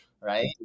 Right